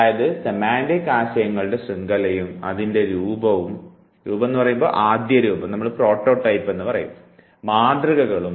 അതായത് സെമാൻറിക് ആശയങ്ങളുടെ ശൃംഖലയും അതിൻറെ ആദ്യരൂപവും മാതൃകകളും